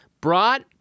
brought